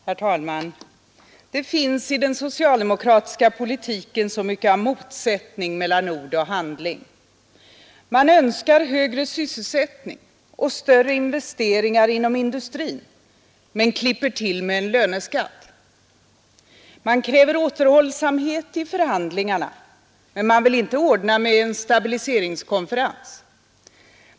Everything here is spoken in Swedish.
Herr talman! Det finns i den socialdemokratiska politiken så mycket av motsättning mellan ord och handling. Man önskar högre sysselsättning och större investeringar inom industrin men klipper till med en löneskatt. Man kräver återhållsamhet i förhandlingarna, men man vill inte ordna med en stabiliséringskonferens.